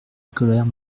colère